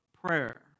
prayer